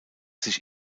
sich